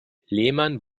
lehmann